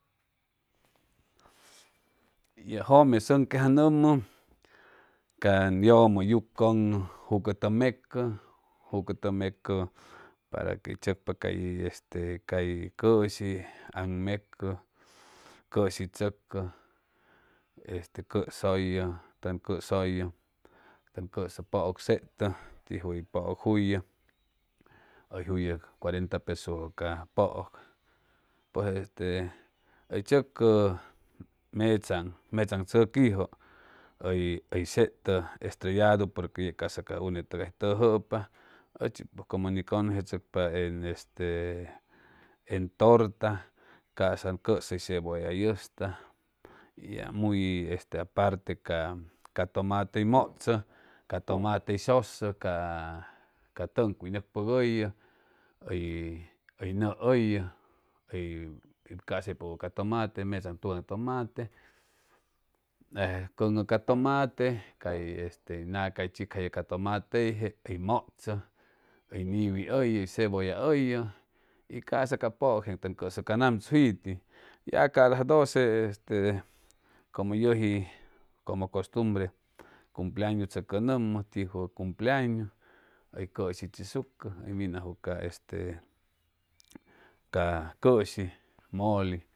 Ye jome songuejongomu caj yomu jucon’o jucuto meco jucuto meco para que tsocpa cay este cay coshi onmeco coshi tsoco tjuyu porc juju oy cosuyo tung coso puec seto jue este oy tsoco juju cuarenta peso ca puec jue oy seto estrelladu porc metsoang metsoang tsoquijo oy juyupa ochi pues como que casa ca unge togay oy te juya ochi pues como que casa ca unge togay oy te juya ca congestetsocpa en esta eng torta cosa eng coso oy cebolla oy esta y ja muj apante ca tomate motso ca tomate oy sosso ca tongu oy gocpoguya oy oy gu gujo oy oy casa puwe ca tomate metsoang tugang ca tomate e cogu ca tomate ca este cay yaca oy chicopto ca tomate-jee y motso oy giwi oy oy oy cebolla oy oy cosa ca jeeng tong coso co ngam tsuyith, ya ca alas doce este como yom como costumbre cumpleaños tsocgomu tjuyu cumpleaños oy coshi chisucu oy minguyuwe ca este ca coshi moli